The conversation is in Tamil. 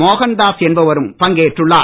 மோகன்தாஸ் என்பவரும் பங்கேற்றுள்ளார்